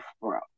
bro